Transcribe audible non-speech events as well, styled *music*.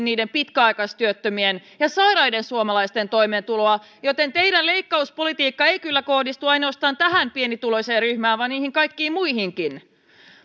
*unintelligible* niiden pitkäaikaistyöttömien ja sairaiden suomalaisten toimeentulosta joten teidän leikkauspolitiikkanne ei kyllä kohdistu ainoastaan tähän pienituloiseen ryhmään vaan niihin kaikkiin muihinkin